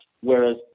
Whereas